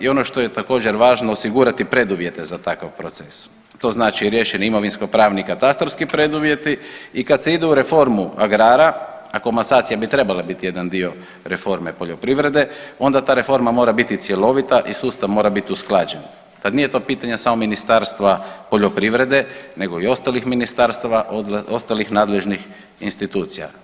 I ono što je također važno osigurati preduvjete za takav proces, to znači riješeni imovinsko-pravni katastarski preduvjeti i kad se ide u reformu agrara, a komasacije bi trebale biti jedan dio reforme poljoprivrede, onda ta reforma mora biti cjelovita i sustav mora biti usklađen kad nije to pitanje samo Ministarstva poljoprivrede nego i ostalih ministarstava ostalih nadležnih institucija.